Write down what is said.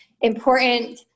important